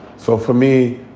so for me,